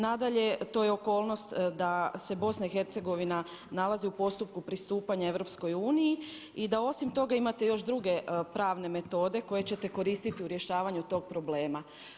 Nadalje, to je okolnost da se Bosna i Hercegovina nalazi u postupku pristupanja EU i da osim toga imate još druge pravne metode koje ćete koristiti u rješavanju tog problema.